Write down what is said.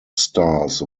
stars